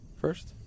first